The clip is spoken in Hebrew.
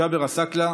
ג'אבר עסאקלה,